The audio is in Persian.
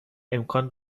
امکان